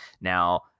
Now